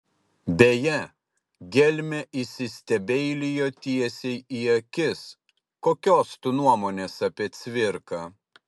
beje gelmė įsistebeilijo tiesiai į akis kokios tu nuomonės apie cvirką